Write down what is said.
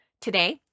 Today